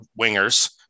wingers